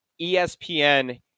ESPN